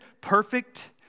perfect